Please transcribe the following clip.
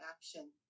action